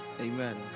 amen